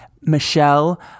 michelle